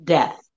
Death